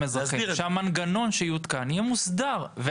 אזרחים חשוב שהמנגנון שיותקן יהיה מוסדר.